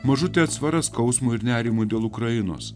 mažutė atsvara skausmo ir nerimo dėl ukrainos